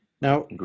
Now